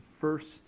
first